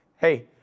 Hey